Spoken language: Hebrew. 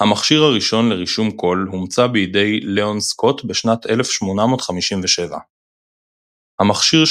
המכשיר הראשון לרישום קול הומצא בידי לאון סקוט בשנת 1857. המכשיר,